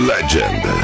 Legend